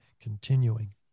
continuing